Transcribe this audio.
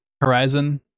Horizon